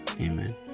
Amen